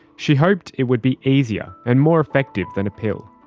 she hoped it would be easier and more effective than a pill.